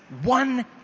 One